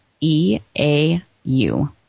E-A-U